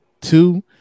two